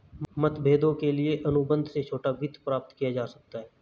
मतभेदों के लिए अनुबंध से छोटा वित्त प्राप्त किया जा सकता है